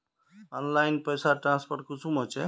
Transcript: Online पैसा transfer कुंसम होचे?